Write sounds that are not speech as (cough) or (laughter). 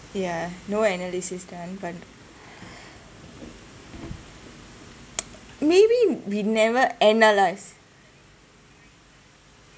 ya no analysis done but (noise) maybe we never analyse